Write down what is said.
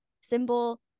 symbol